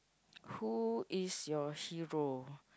who is your hero